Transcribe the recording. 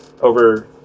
over